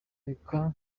reka